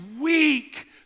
weak